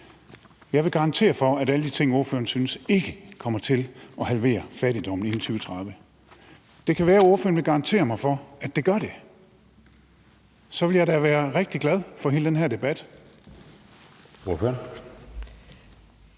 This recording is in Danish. Jeg vil garantere for, at alle de ting, ordføreren synes, ikke kommer til at halvere fattigdom inden 2030. Det kan være, ordføreren vil garantere mig for, at det gør det, og så vil jeg da være rigtig glad for hele den her debat.